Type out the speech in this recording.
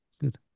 Good